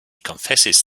confesses